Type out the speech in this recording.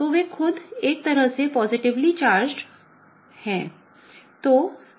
तो वे खुद एक तरह से पॉजिटिवली चार्जड positively charged हैं